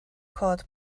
cod